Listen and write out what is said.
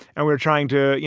and we're trying to, you